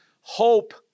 hope